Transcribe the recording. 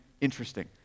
interesting